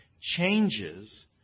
changes